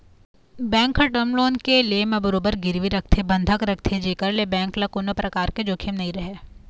bank ह term loan के ले म बरोबर गिरवी रखथे बंधक रखथे जेखर ले बेंक ल कोनो परकार के जोखिम नइ रहय